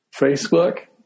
Facebook